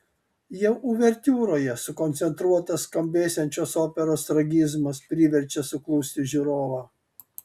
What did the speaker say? jau uvertiūroje sukoncentruotas skambėsiančios operos tragizmas priverčia suklusti žiūrovą